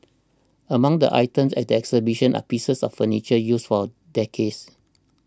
among the items at the exhibition are pieces of furniture used for decades